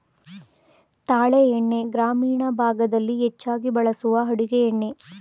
ತಾಳೆ ಎಣ್ಣೆ ಗ್ರಾಮೀಣ ಭಾಗದಲ್ಲಿ ಹೆಚ್ಚಾಗಿ ಬಳಸುವ ಅಡುಗೆ ಎಣ್ಣೆ